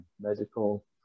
medical